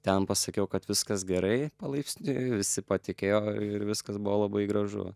ten pasakiau kad viskas gerai palaipsniui visi patikėjo ir viskas buvo labai gražu